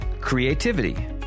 creativity